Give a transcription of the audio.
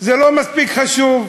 זה לא מספיק חשוב,